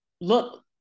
look